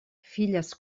filles